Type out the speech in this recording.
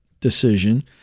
decision